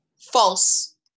False